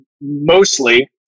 mostly